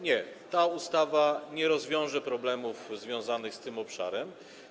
Nie, ta ustawa nie rozwiąże problemów związanych z tym obszarem.